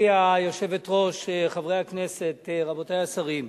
גברתי היושבת-ראש, חברי הכנסת, רבותי השרים,